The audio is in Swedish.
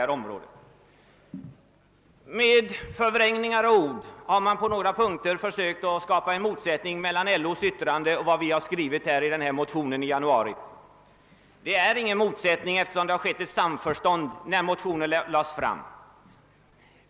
Genom förvrängningar har man på olika punkter försökt skapa en motsättning mellan LO:s yttrande och vad vi i januari skrev i vår motion. Det föreligger ingen sådan motsättning; motionen lades tvärtom fram i samförstånd.